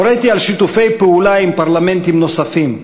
הוריתי על שיתוף פעולה עם פרלמנטים נוספים.